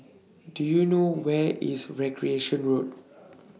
Do YOU know Where IS Recreation Road